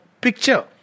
picture